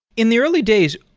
in the early days,